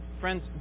Friends